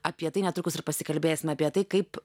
apie tai netrukus ir pasikalbėsim apie tai kaip